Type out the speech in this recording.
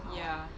ya